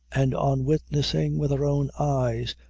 and on witnessing, with her own eyes,